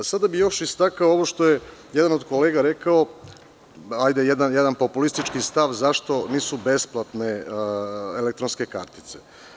Istakao bi još ovo što je jedan od kolega rekao, jedan populistički stav zašto nisu besplatne elektronske kartice?